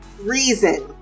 reason